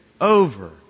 over